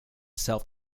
self